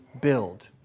build